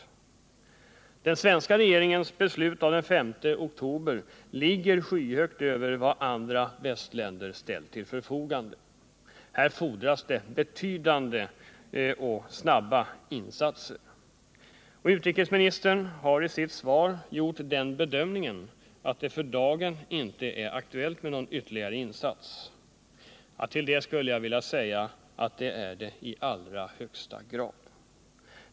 Vad den svenska regeringens beslutade den 5 oktober ligger skyhögt över den hjälp som andra västländer ställt till förfogande. Här fordras det betydande och snabba insatser. Utrikesministern har i sitt svar gjort den bedömningen att det för dagen inte är aktuellt med någon ytterligare insats. Till detta skulle jag vilja säga att det är det i allra högsta grad.